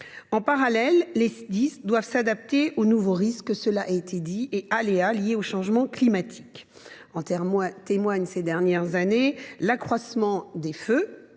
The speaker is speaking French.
En parallèle, les Sdis doivent s’adapter aux nouveaux risques et aléas liés au changement climatique. En témoigne, ces dernières années, l’accroissement des feux